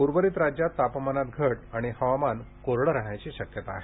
उर्वरित राज्यात तापमानात घट आणि हवामान कोरडं राहण्याची शक्यता आहे